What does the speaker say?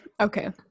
okay